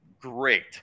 great